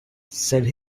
said